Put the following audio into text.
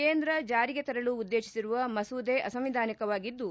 ಕೇಂದ್ರ ಜಾರಿಗೆ ತರಲು ಉದ್ದೇಶಿಸಿರುವ ಮಸೂದೆ ಅಸಂವಿಧಾನಿಕವಾಗಿದ್ದು